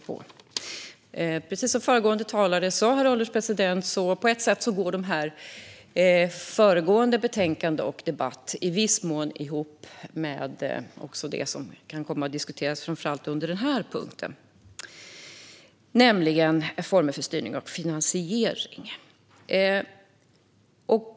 Precis som föregående talare sa går den föregående debatten och det föregående betänkandet i viss mån ihop med det som kan komma att diskuteras under den här punkten.